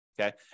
Okay